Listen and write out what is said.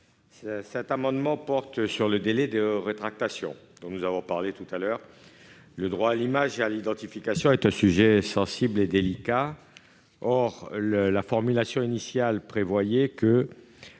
Cet amendement porte sur le délai de rétractation précédemment discuté. Le droit à l'image et à l'identification est un sujet sensible et délicat. Or la formulation initiale prévoyait que